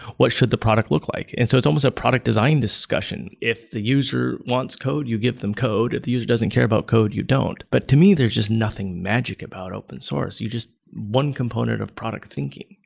what should the product look like? and so it's almost a product design discussion. if the user wants code, you give them code. if the user doesn't care about code, you don't. but to me there's just nothing magic about open source. you just one component of product thinking.